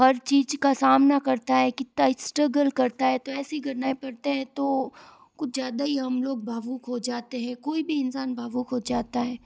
हर चीज़ का सामना करता है कितना स्ट्रगल करता है तो ऐसी घटना पड़ते है तो कुछ ज़्यादा ही हम लोग भावुक को जाते हैं कोई भी इंसान भावुक को जाता है